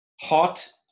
hot